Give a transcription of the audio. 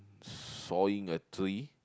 sawing a tree